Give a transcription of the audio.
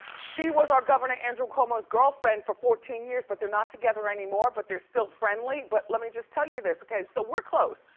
she was our governor andrew cuomo's girlfriend for fourteen years but they're not together anymore but they're still friendly but let me just tell you this. okay, so we're close.